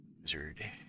wizard